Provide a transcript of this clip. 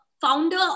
founder